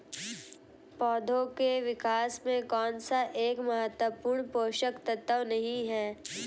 पौधों के विकास में कौन सा एक महत्वपूर्ण पोषक तत्व नहीं है?